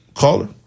Caller